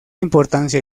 importancia